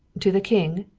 to the king?